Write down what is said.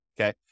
okay